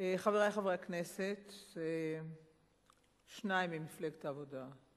חברי חברי הכנסת, שניים ממפלגת העבודה,